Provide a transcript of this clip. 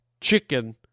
Chicken